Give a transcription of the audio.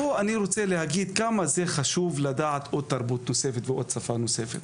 ופה אני רוצה להגיד כמה חשוב לדעת תרבות נוספת ושפה נוספת.